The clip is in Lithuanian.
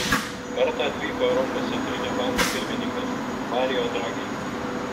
kartą atvyko europos centrinio banko pirmininkas mario draghi